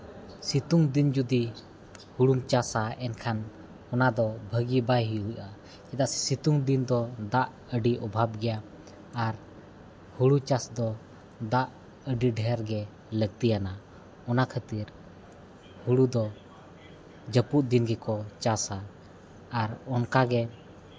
ᱥᱤᱛᱩᱝ ᱫᱤᱱ ᱡᱩᱫᱤ ᱦᱳᱲᱳᱢ ᱪᱟᱥᱟ ᱮᱱᱠᱷᱟᱱ ᱚᱱᱟ ᱫᱚ ᱵᱷᱟᱹᱜᱤ ᱵᱟᱭ ᱦᱩᱭᱩᱜᱼᱟ ᱪᱮᱫᱟᱜ ᱥᱮ ᱥᱤᱛᱩᱝ ᱫᱤᱱ ᱫᱚ ᱫᱟᱜ ᱟᱹᱰᱤ ᱚᱵᱷᱟᱵᱽ ᱜᱮᱭᱟ ᱟᱨ ᱦᱳᱲᱳ ᱪᱟᱥ ᱫᱚ ᱫᱟᱜ ᱟᱹᱰᱤ ᱰᱷᱮᱹᱨ ᱜᱮ ᱞᱟᱹᱠᱛᱤᱭᱟᱱᱟ ᱚᱱᱟ ᱠᱷᱟᱹᱛᱤᱨ ᱦᱳᱲᱳ ᱫᱚ ᱡᱟᱹᱯᱩᱫ ᱫᱤᱱ ᱜᱮᱠᱚ ᱪᱟᱥᱟ ᱟᱨ ᱚᱱᱠᱟ ᱜᱮ